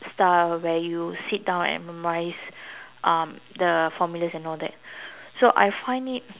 style where you sit down and memorise um the formulas and all that so I find it